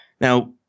Now